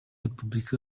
repubulika